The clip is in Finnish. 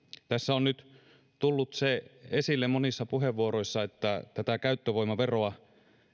tässä on nyt tullut esille monissa puheenvuoroissa että käyttövoimaveroa